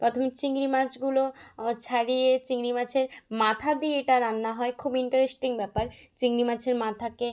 প্রথমে চিংড়ি মাছগুলো ছাড়িয়ে চিংড়ি মাছের মাথা দিয়ে এটা রান্না হয় খুব ইন্টারেস্টিং ব্যাপার চিংড়ি মাছের মাথাকে